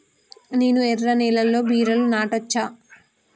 నేను ఎర్ర నేలలో బీరలు నాటచ్చా?